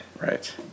Right